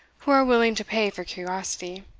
who are willing to pay for curiosity.